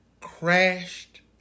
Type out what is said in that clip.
crashed